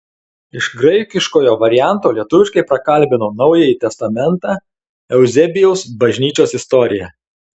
iš graikiškojo varianto lietuviškai prakalbino naująjį testamentą euzebijaus bažnyčios istoriją